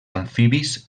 amfibis